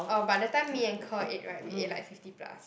oh but that time me and Ker ate [right] we ate like fifty plus